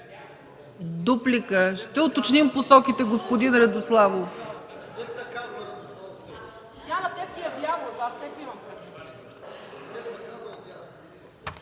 Казак. Ще уточним посоките, господин Радославов.